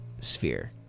sphere